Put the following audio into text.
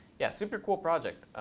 yeah, super cool project.